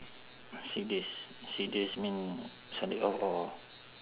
six days six days mean sunday off or